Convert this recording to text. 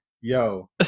Yo